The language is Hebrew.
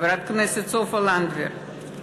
חברת הכנסת סופה לנדבר,